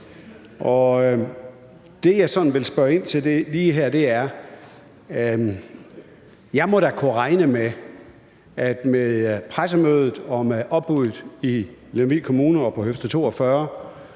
Jeg må da kunne regne med, at med pressemødet og med opbuddet i Lemvig Kommune og på høfde 42